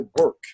work